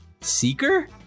Seeker